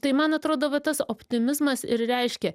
tai man atrodo va tas optimizmas ir reiškia